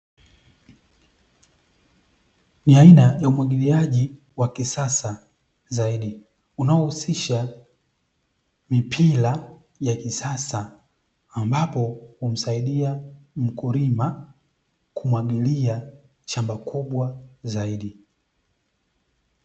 Ni aina ya umwagiliaji wa kisasa zaidi, unaohusisha mipira ya kisasa, ambapo humsaidia mkulima kumwagilia shamba kubwa zaidi.